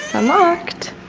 unlocked